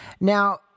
Now